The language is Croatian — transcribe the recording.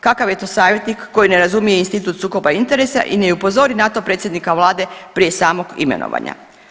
Kakav je to savjetnik koji ne razumije institut sukoba interesa i ne upozori na to predsjednika vlade prije samog imenovanja.